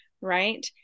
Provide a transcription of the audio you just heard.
Right